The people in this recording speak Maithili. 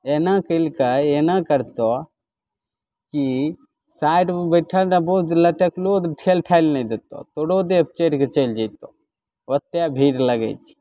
एना कयलकै एना करत की साइडमे बैठल रहबहो तऽ लगत कि लोग ठेल ठालि नहि देत तोरो देह पर चढ़िके चलि जाएत ओतेक भीड़ लगैत छै